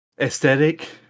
aesthetic